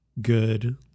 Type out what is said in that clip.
good